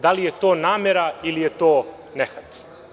Da li je to namera ili je to nehat?